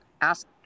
ask